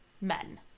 men